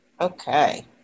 okay